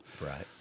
Right